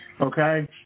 Okay